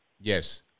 yes